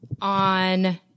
on